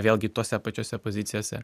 vėlgi tose pačiose pozicijose